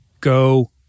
Go